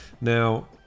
Now